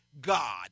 God